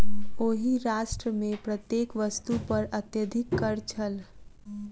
ओहि राष्ट्र मे प्रत्येक वस्तु पर अत्यधिक कर छल